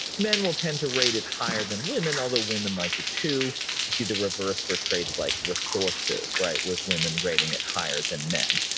men will tend to rate it higher than women, although women like it too. you see the reverse for traits like resources, right? with women rating it higher than men,